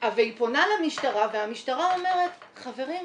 והיא פונה למשטרה והמשטרה אומרת, חברים,